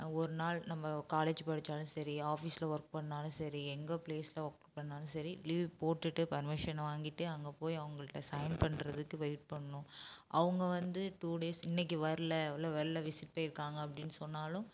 ஒரு நாள் நம்ப காலேஜ் படிச்சாலும் சரி ஆஃபீஸில் ஒர்க் பண்ணாலும் சரி எங்கள் ப்ளேஸில் ஒர்க் பண்ணாலும் சரி லீவு போட்டுவிட்டு பர்மிஷன் வாங்கிகிட்டு அங்கே போய் அவங்கள்ட சைன் பண்ணுறதுக்கு வெயிட் பண்ணும் அவங்க வந்து டூ டேஸ் இன்னைக்கு வரல இல்லை வெளில விசிட் போய்ருக்காங்க அப்படின்னு சொன்னாலும்